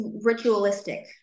ritualistic